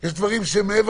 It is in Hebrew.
לי שהייתה באיזה מקום